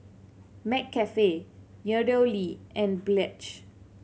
McCafe MeadowLea and Pledge